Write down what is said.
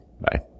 Bye